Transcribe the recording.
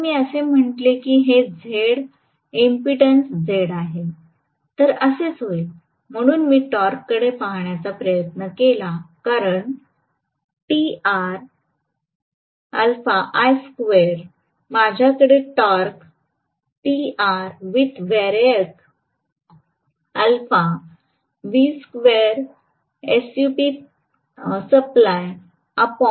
जर मी असे म्हटलं की हे झेड इम्पेडन्स झेड आहे तर असेच होईल म्हणून मी टॉर्ककडे पाहण्याचा प्रयत्न केला कारण आपल्याकडे टॉर्क असणार आहे